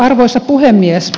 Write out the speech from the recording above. arvoisa puhemies